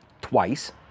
twice